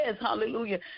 hallelujah